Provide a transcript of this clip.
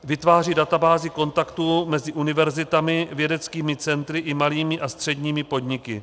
Vytváří databázi kontaktů mezi univerzitami, vědeckými centry i malými a středními podniky.